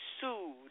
sued